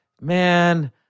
man